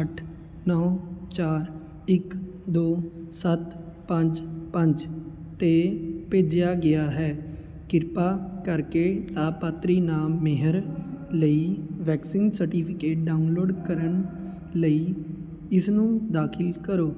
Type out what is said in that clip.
ਅੱਠ ਨੌਂ ਚਾਰ ਇੱਕ ਦੋ ਸੱਤ ਪੰਜ ਪੰਜ 'ਤੇ ਭੇਜਿਆ ਗਿਆ ਹੈ ਕਿਰਪਾ ਕਰਕੇ ਲਾਭਪਾਤਰੀ ਨਾਮ ਮੇਹਰ ਲਈ ਵੈਕਸੀਨ ਸਰਟੀਫਿਕੇਟ ਡਾਊਨਲੋਡ ਕਰਨ ਲਈ ਇਸਨੂੰ ਦਾਖਿਲ ਕਰੋ